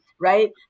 right